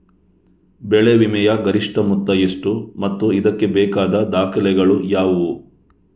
ಬೆಳೆ ವಿಮೆಯ ಗರಿಷ್ಠ ಮೊತ್ತ ಎಷ್ಟು ಮತ್ತು ಇದಕ್ಕೆ ಬೇಕಾದ ದಾಖಲೆಗಳು ಯಾವುವು?